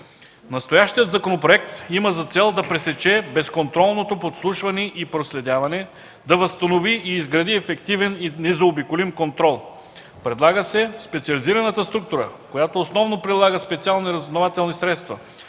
Настоящият законопроект има за цел да пресече безконтролното подслушване и проследяване, да възстанови и изгради ефективен и незаобиколим контрол. Предлага се специализираната структура, която основно прилага специални разузнавателни средства,